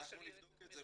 אנחנו נבדוק את זה.